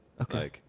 Okay